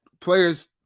players